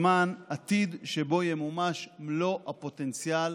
למען עתיד שבו ימומש מלוא הפוטנציאל